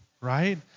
right